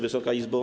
Wysoka Izbo!